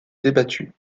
débattu